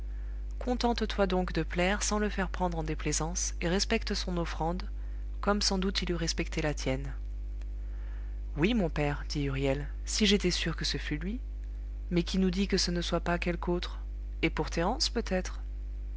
contente toi donc de plaire sans le faire prendre en déplaisance et respecte son offrande comme sans doute il eût respecté la tienne oui mon père dit huriel si j'étais sûr que ce fût lui mais qui nous dit que ce ne soit pas quelque autre et pour thérence peut-être